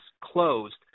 closed